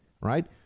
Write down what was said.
right